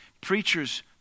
Preachers